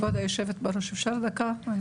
כבוד יושבת הראש, אפשר דקה?